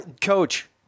Coach